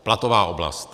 Platová oblast.